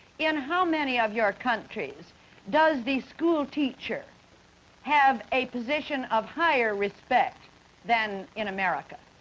in how many of your countries does the school teacher have a position of higher respect than in america?